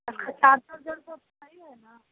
इसका चार्जर